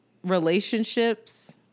relationships